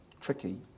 tricky